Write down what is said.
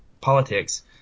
politics